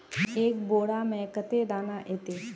एक बोड़ा में कते दाना ऐते?